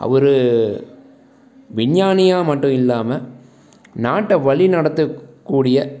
அவர் விஞ்ஞானியாக மட்டும் இல்லாமல் நாட்டை வழி நடத்தக்கூடிய